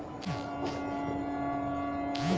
चोकर वाला आटा अउरी मोट अनाज खाए से खाना जल्दी ना पचेला